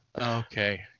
Okay